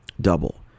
double